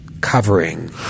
covering